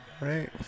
right